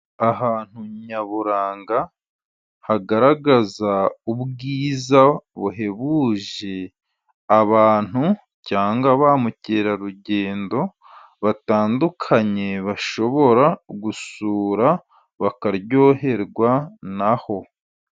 Ahantu nyaburanga hagaragaza ubwiza buhebuje, abantu cyangwa ba mukerarugendo batandukanye bashobora gusura, bakaryoherwa na ho.